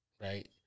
right